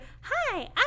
hi